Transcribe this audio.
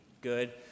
good